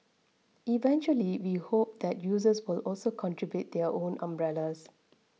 eventually we hope that users will also contribute their own umbrellas